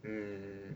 eh